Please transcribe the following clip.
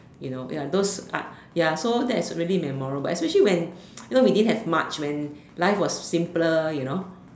you know ya those type ya so that's really memorable especially when you know we didn't have much when life was simpler you know